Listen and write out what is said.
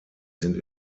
sind